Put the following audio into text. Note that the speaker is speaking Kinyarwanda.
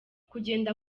kugenda